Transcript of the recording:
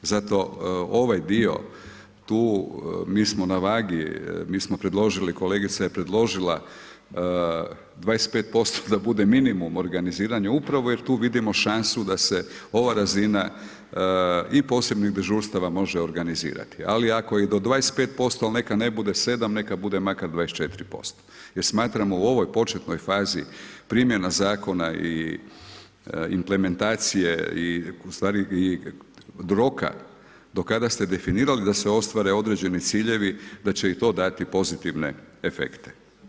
Zato ovaj dio tu, mi smo na vagi, mi smo predložili, kolegica je predložila 25% da bude minimum organiziranje upravo jer tu vidimo šansu da se ova razina, i posebnih dežurstava može organizirati, ali ako je do 25%, neka ne bude 7, neka bude makar 24%. jer smatramo u ovoj početnoj fazi primjena zakona i implementacije i ustvari roka do kada ste definirali da se ostvare određeni ciljevi da će to dati pozitivne efekte.